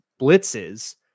blitzes